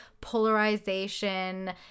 polarization